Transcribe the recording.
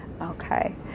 Okay